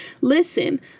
listen